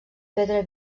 pedra